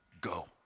go